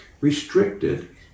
restricted